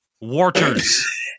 Waters